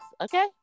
Okay